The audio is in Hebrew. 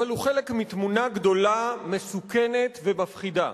אבל הוא חלק מתמונה גדולה, מסוכנת ומפחידה,